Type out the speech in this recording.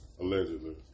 Allegedly